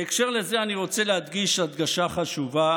בהקשר לזה אני רוצה להדגיש הדגשה חשובה,